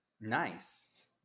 Nice